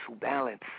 balance